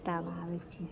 तब आबै छिए